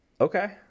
okay